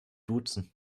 duzen